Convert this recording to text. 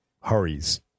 hurries